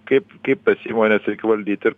kaip kaip tas įmones reikia valdyt ir